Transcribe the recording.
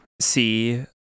see